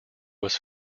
was